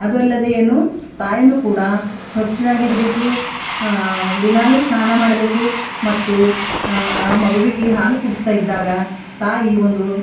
ಅದಲ್ಲದೇ ಏನು ತಾಯಿಯೂ ಕೂಡ ಸ್ವಚ್ಛವಾಗಿರ್ಬೇಕು ದಿನಾಲೂ ಸ್ನಾನ ಮಾಡಬೇಕು ಮತ್ತು ಆ ಆ ಮಗುವಿಗೆ ಹಾಲು ಕುಡಿಸ್ತಾಯಿದ್ದಾಗ ತಾಯಿ ಒಂದು